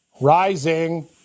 Rising